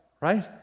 right